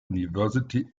university